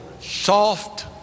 soft